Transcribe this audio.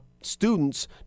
students